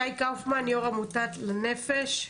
שי קאופמן, יו"ר עמותת "לנפש",